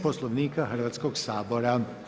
Poslovnika Hrvatskoga sabora.